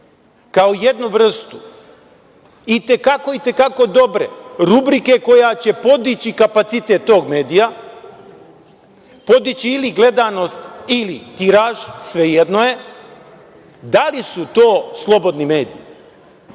kao jednu vrstu i te kako dobre rubrike koja će podići kapacitet tog medija, podići ili gledanost ili tiraž, svejedno, da li su to slobodni mediji? To